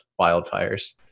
wildfires